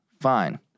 fine